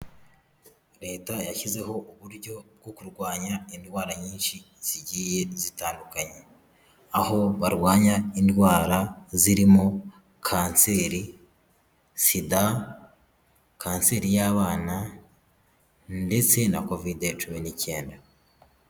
Leta yashyizeho uburyo bwo kurwanya indwara nyinshi zigiye zitandukanye, aho barwanya indwara zirimo kanseri, sida, kanseri y'abana ndetse na covid cumi n'icyenda.